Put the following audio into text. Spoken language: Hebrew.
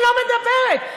על בפנים אני לא מדברת.